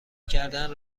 کردن